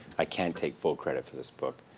i can't take full credit for this book.